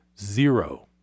zero